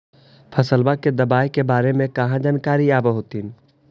फसलबा के दबायें के बारे मे कहा जानकारीया आब होतीन?